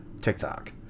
TikTok